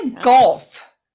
golf